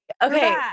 Okay